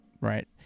right